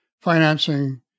financing